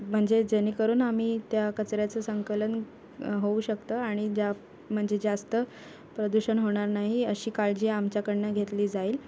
म्हणजे जेणेकरून आम्ही त्या कचऱ्याचं संकलन होऊ शकतं आणि ज्या म्हणजे जास्त प्रदूषण होणार नाही अशी काळजी आमच्याकडून घेतली जाईल